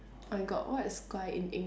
my god what is 乖 in eng~